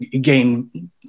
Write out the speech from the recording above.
gain